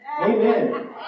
Amen